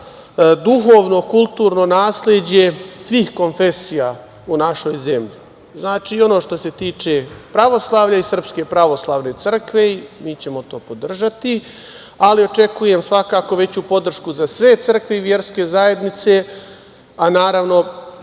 duhovno, kulturno nasleđe svih konfesija u našoj zemlji, znači i ono što se tiče pravoslavlja i SPC. Mi ćemo to podržati. Očekujemo, svakako, veću podršku za sve crkve i verske zajednice, a naravno